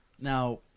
Now